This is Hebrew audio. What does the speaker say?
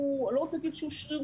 אני לא רוצה להגיד שהוא שרירותי,